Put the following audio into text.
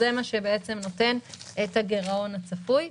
זה מה שנותן את הגירעון הצפוי.